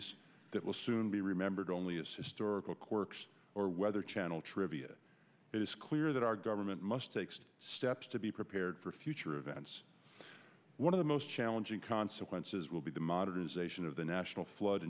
es that will soon be remembered only is historical quirks or weather channel trivia it is clear that our government must take steps to be prepared for future events one of the most challenging consequences will be the modernization of the national flood